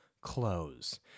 close